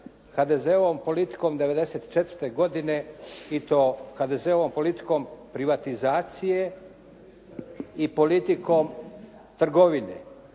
HDZ-ovom politikom '94. godine i to HDZ-ovom politikom privatizacije i politikom trgovine.